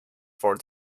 for